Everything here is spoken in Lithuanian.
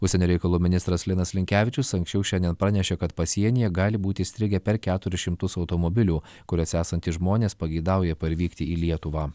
užsienio reikalų ministras linas linkevičius anksčiau šiandien pranešė kad pasienyje gali būti įstrigę per keturis šimtus automobilių kuriuose esantys žmonės pageidauja parvykti į lietuvą